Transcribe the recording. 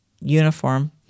uniform